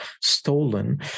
stolen